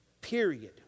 Period